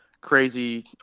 crazy